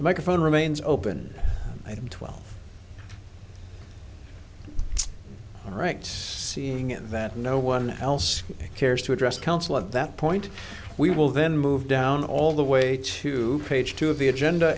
microphone remains open twelve writes seeing it that no one else cares to address council of that point we will then move down all the way to page two of the agenda